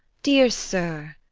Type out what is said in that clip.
dear sir,